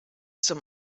zum